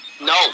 No